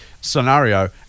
scenario